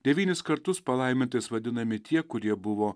devynis kartus palaimintais vadinami tie kurie buvo